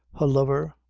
her lover,